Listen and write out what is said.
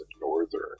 northern